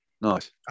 Nice